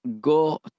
go